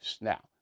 now